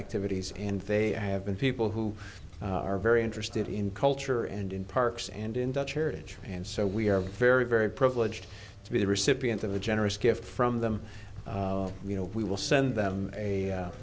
activities and they have been people who are very interested in culture and in parks and in dutch heritage and so we are very very privileged to be the recipient of a generous gift from them you know we will send them a